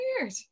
weird